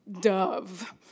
dove